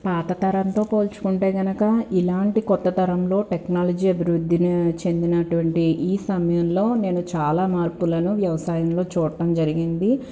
పాతతరంతో పోల్చుకుంటే గనుక ఇలాంటి కొత్త తరంలో టెక్నాలజీ అభివృద్ధిలో చెందినటువంటి ఈ సమయంలో నేను చాలా మార్పులను వ్యవసాయంలో చూట్టం జరిగింది